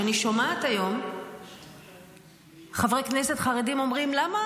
שאני שומעת היום חברי כנסת חרדים אומרים: למה